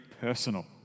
personal